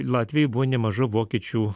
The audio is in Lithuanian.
latvijoj buvo nemaža vokiečių